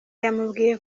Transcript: yamubwiye